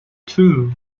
two